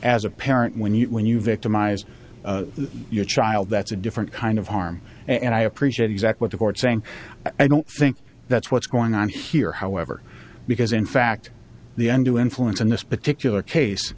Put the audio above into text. as a parent when you when you victimize your child that's a different kind of harm and i appreciate exact what the court saying i don't think that's what's going on here however because in fact the end to influence in this particular case